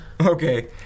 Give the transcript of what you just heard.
Okay